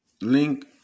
link